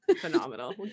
phenomenal